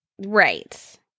Right